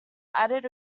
added